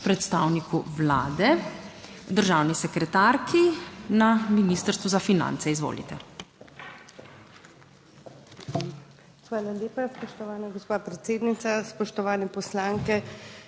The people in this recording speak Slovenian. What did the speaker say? predstavniku Vlade, državni sekretarki Ministrstva za finance. Izvolite.